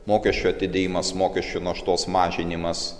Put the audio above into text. mokesčių atidėjimas mokesčių naštos mažinimas